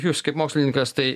jūs kaip mokslininkas tai